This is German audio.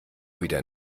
wieder